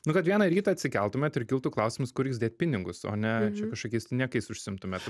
nu kad vieną rytą atsikeltumėt ir kiltų klausims kur reiks dėt pinigus o ne čia kažkokiais tai niekais užsiimtumėt